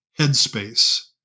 Headspace